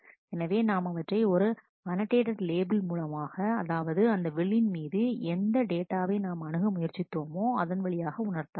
எனவே நாம் அவற்றை ஒரு அனடேட் லேபிள் மூலம் அதாவது அந்த வில்லின் மீது எந்த டேட்டாவை நாம் அணுக முயற்சித்தோம் அது வழியாக உணர்த்தலாம்